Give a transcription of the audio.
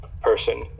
person